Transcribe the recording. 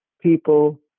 people